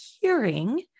hearing